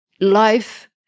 life